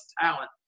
talent